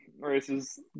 races